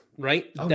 right